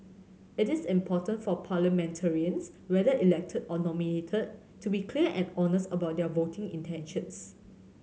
it is important for parliamentarians whether elected or nominated to be clear and honest about their voting intentions